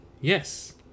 Yes